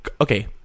okay